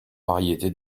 variété